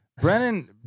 Brennan